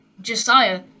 Josiah